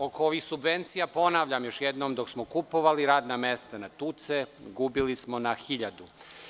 Oko ovih subvencija, ponavljam još jednom, dok smo kupovali radna mesta na tuce, gubili smo na hiljadu.